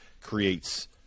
creates